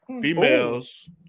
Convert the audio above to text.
Females